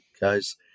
guys